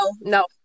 No